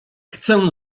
chcę